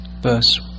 verse